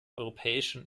europäischen